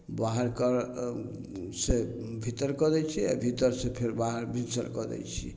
बाहर करऽ से भीतर कऽ दै छिए भीतरसे फेर बाहर भीतर कऽ दै छिए